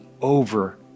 over